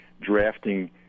drafting